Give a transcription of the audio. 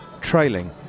trailing